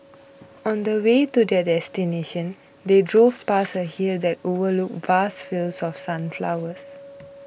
on the way to their destination they drove past a hill that overlooked vast fields of sunflowers